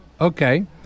okay